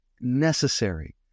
necessary